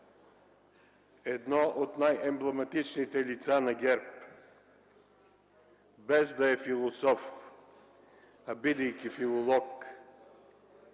едно от най-емблематичните лица на ГЕРБ, без да е философ, а бидейки филолог,